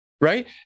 Right